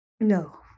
No